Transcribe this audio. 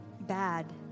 bad